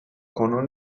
کنون